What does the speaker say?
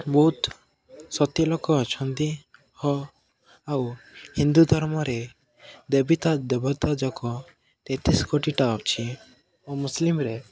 ବହୁତ ସତ୍ୟ ଲୋକ ଅଛନ୍ତି ଓ ଆଉ ହିନ୍ଦୁ ଧର୍ମରେ ଦେବୀ ତା ଦେବତା ଯାକ ତେତିଶି କୋଟିଟା ଅଛି ଓ ମୁସଲିମ୍ରେ